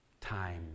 time